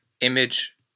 image